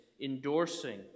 endorsing